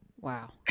Wow